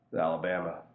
Alabama